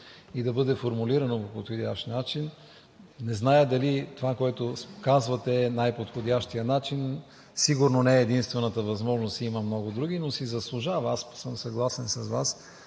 и да бъде формулирано по подходящ начин. Не зная дали това, което казвате, е най-подходящият начин. Сигурно не е единствената възможност – има много други, но си заслужава. Аз съм съгласен с Вас